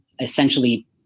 essentially